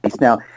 Now